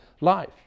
life